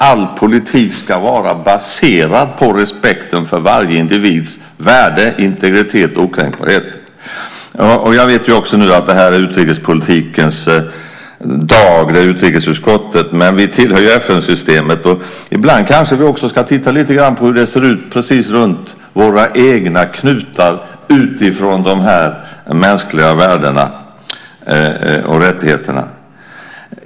All politik ska vara baserad på respekten för varje individs värde, integritet och okränkbarhet. Jag vet också att detta är utrikespolitikens och utrikesutskottets dag. Men vi tillhör ju FN-systemet, och ibland kanske vi också ska titta lite grann på hur det ser ut precis runt våra egna knutar när det gäller de mänskliga värdena och rättigheterna.